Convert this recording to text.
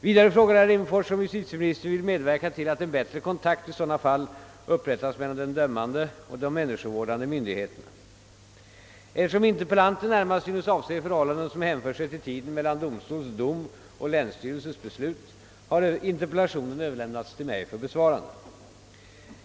Vidare frågar herr Rimmerfors om justitieministern vill medverka till att en bättre kontakt i sådana fall upprättas mellan den dömande och de människovårdande myndigheterna. nes avse förhållanden som hänför sig till tiden mellan domstols dom och länsstyrelses beslut har interpellationen överlämnats till mig för besvarande.